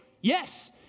Yes